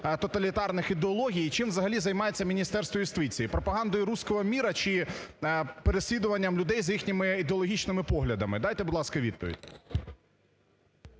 тоталітарних ідеологій і чим взагалі займається Міністерство юстиції: пропагандою "русского мира" чи переслідуванням людей за їхніми ідеологічними поглядами. Дайте, будь ласка, відповідь.